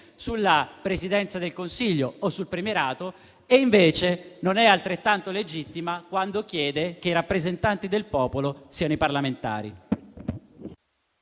sulla Presidenza del Consiglio o sul premierato e non fosse altrettanto legittima quando chiede che i rappresentanti del popolo siano i parlamentari.